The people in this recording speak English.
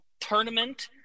Tournament